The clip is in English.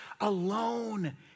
alone